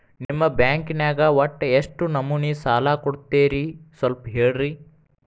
ನಿಮ್ಮ ಬ್ಯಾಂಕ್ ನ್ಯಾಗ ಒಟ್ಟ ಎಷ್ಟು ನಮೂನಿ ಸಾಲ ಕೊಡ್ತೇರಿ ಸ್ವಲ್ಪ ಹೇಳ್ರಿ